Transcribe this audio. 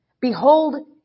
Behold